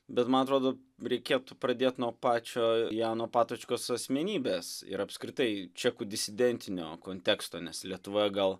bet man atrodo reikėtų pradėt nuo pačio jano patočkos asmenybės ir apskritai čekų disidentinio konteksto nes lietuvoje gal